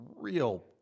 real